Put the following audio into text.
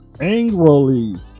angrily